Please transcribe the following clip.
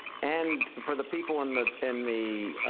and for the people in the and the